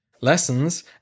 lessons